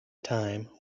time